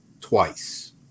twice